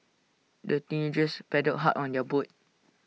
the teenagers paddled hard on their boat